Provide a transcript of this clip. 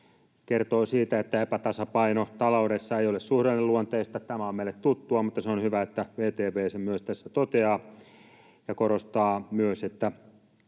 kertoo siitä, että epätasapaino taloudessa ei ole suhdanneluonteista — tämä on meille tuttua, mutta se on hyvä, että VTV sen myös tässä toteaa — ja korostaa myös, että